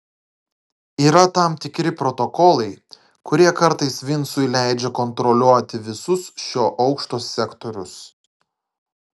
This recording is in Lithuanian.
yra tam tikri protokolai kurie kartais vincui leidžia kontroliuoti visus šio aukšto sektorius